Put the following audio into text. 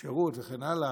השירות וכן הלאה,